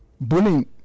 bullying